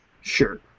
Sure